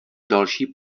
další